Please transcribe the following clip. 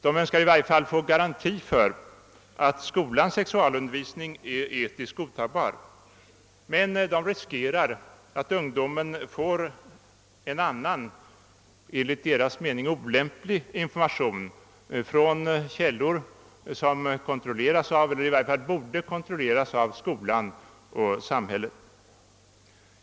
I varje fall önskar de garantier för att skolans sexualundervisning är etiskt godtagbar. Men de riskerar att ungdomarna får en annan och enligt föräldrarnas mening olämplig information från källor som kontrolleras av — eller i varje fall borde kontrolleras av — skolan och samhället.